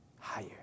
Higher